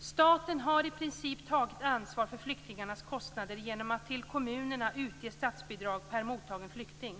Staten har i princip tagit ansvar för flyktingarnas kostnader genom att till kommunerna utge statsbidrag per mottagen flykting.